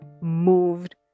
moved